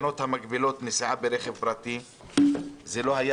תקנות המגבילות נסיעה ברכב פרטי זה לא היה